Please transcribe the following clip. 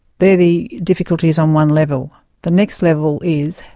they're the difficulties on one level. the next level is,